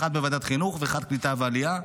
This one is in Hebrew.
אחד בוועדת חינוך ואחד בוועדת הקליטה והעלייה.